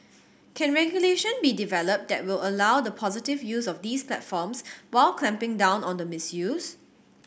can regulation be developed that will allow the positive use of these platforms while clamping down on the misuse